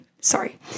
sorry